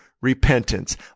repentance